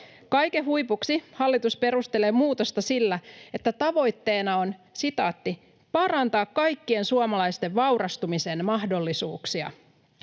Kaiken huipuksi hallitus perustelee muutosta sillä, että tavoitteena on ”parantaa kaikkien suomalaisten vaurastumisen mahdollisuuksia”.